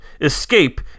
escape